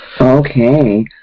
Okay